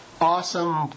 awesome